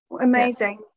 amazing